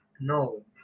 no